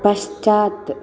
पश्चात्